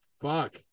Fuck